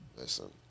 listen